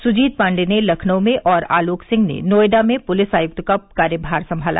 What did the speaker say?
सुजीत पांडेय ने लखनऊ में और आलोक सिंह ने नोएडा में पुलिस आयुक्त का कार्यभार संभाला